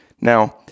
Now